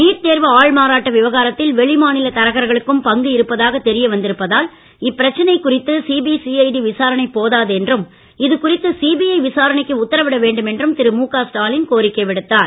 NEET தேர்வு ஆள் மாறாட்ட விவகாரத்தில் வெளிமாநில தரகர்களுக்கும் பங்கு இருப்பதாக தெரிய வந்திருப்பதால் இப்பிரச்சனை குறித்து சிபி சிஜடி விசாரணை போதாது என்றும் இதுகுறித்து சிபிஐ விசாரணைக்கு உத்தரவிட வேண்டும் என்றும் திரு முக ஸ்டாவின் கோரிக்கை விடுத்தார்